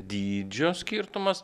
dydžio skirtumas